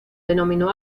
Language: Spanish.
denominó